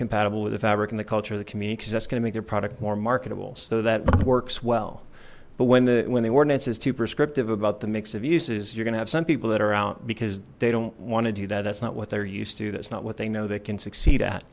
compatible with the fabric and the culture of the community because that's going to make their product more marketable so that works well but when the when the ordinance is too prescriptive about the mix of uses you're going to have some people that are out because they don't want to do that that's not what they're used to that's not what they know that can succeed at